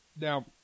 Now